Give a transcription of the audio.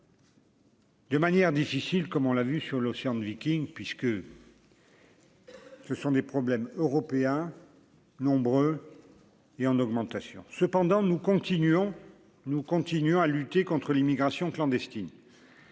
De manière difficile comme on l'a vue sur l'océan de Viking puisque. Ce sont des problèmes européens nombreux. Et en augmentation, cependant, nous continuons, nous continuons à lutter contre l'immigration clandestine